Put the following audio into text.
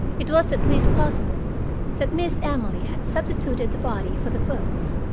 it was at least possible that miss emily had substituted the body for the books,